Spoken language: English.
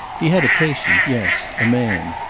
he had a patient, yes. a man.